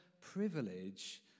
privilege